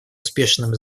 успешному